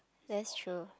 that's true